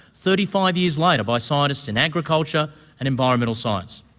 thirty five years later, by scientists in agriculture and environmental science.